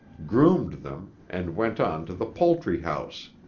groomed them and went on to the poultry house.